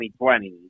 2020